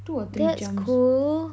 two or three jump